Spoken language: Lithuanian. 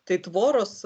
tai tvoros